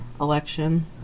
election